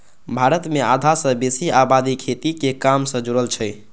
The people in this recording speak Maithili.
भारत मे आधा सं बेसी आबादी खेती के काम सं जुड़ल छै